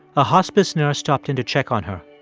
a hospice nurse stopped in to check on her.